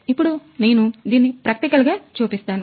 ఇప్పుడు నేను దీన్ని ప్రాక్టికల్గా చూపిస్తాను